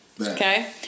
Okay